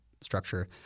structure